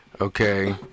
okay